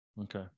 Okay